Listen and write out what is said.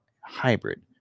hybrid